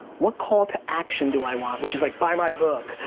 what call to action do i want? which is like, buy my book.